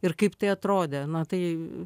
ir kaip tai atrodė na tai